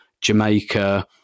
Jamaica